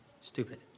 stupid